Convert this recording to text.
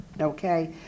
okay